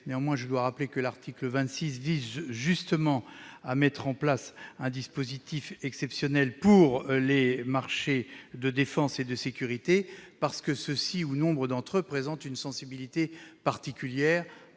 Néanmoins, je rappelle que l'article 26 vise justement à mettre en place un dispositif exceptionnel pour les marchés de défense et de sécurité, parce que nombre d'entre eux présentent une sensibilité particulière,